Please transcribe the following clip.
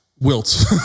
wilt